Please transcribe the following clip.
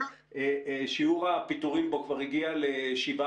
שיעור הפיטורים שבו כבר הגיע ל-7%,